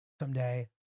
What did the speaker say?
someday